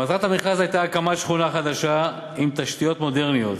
מטרת המכרז הייתה להקים שכונה חדשה עם תשתיות מודרניות,